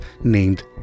named